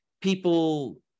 people